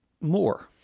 more